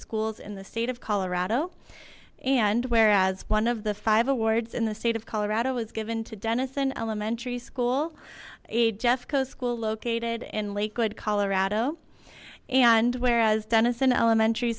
schools in the state of colorado and where as one of the five awards in the state of colorado was given to denison elementary school eight jeffco school located in lakewood colorado and whereas denison elementary